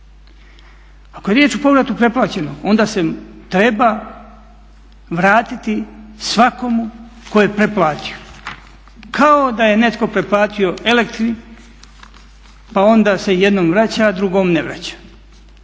Ako je riječ o povratu pretplaćenog onda se treba vratiti svakomu tko je pretplatio, kao da je netko pretplatio elektri pa onda se jednom vraća a drugom ne vraća.